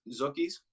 Zookies